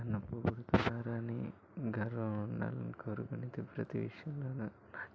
నన్ను పొగుడుతారని గర్వం ఉండాలని కోరుకున్నది ప్రతి విషయంలోను మా చెల్లెలు